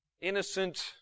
Innocent